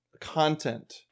content